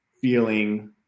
feeling